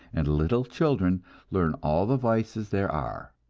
and little children learn all the vices there are.